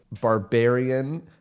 barbarian